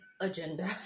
agenda